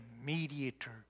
mediator